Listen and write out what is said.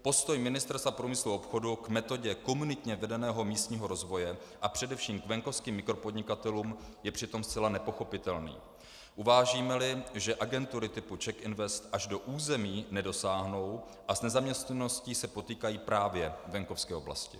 Postoj Ministerstva průmyslu a obchodu k metodě komunitně vedeného místního rozvoje a především k venkovským mikropodnikatelům je přitom zcela nepochopitelný, uvážímeli, že agentury typu CzechInvest až do území nedosáhnou a s nezaměstnaností se potýkají právě venkovské oblasti.